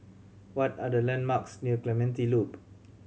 what are the landmarks near Clementi Loop